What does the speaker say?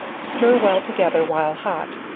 stir well together while hot,